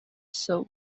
jsou